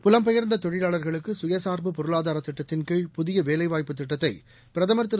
புலம் பெயர்ந்த தொழிலாளர்களுக்கு கயசார்பு பொருளாதார திட்டத்தின் புதிய வேலைவாய்ப்புத் திட்டத்தை பிரதமர் திரு